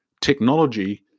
technology